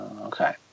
Okay